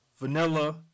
vanilla